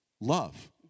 love